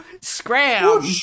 scram